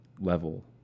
level